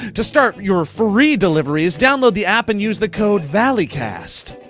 to start your free deliveries download the app and use the code valleycast,